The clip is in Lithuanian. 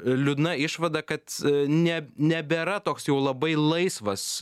liūdna išvada kad ne nebėra toks jau labai laisvas